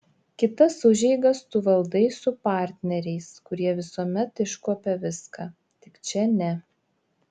kitas užeigas tu valdai su partneriais kurie visuomet iškuopia viską tik čia ne